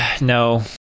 No